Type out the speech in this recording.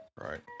right